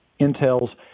Intel's